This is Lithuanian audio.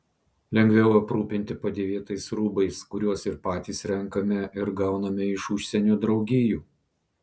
lengviau aprūpinti padėvėtais rūbais kuriuos ir patys renkame ir gauname iš užsienio draugijų